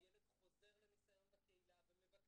כשהילד חוזר לניסיון בקהילה ומבקשים,